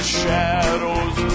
shadows